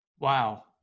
Wow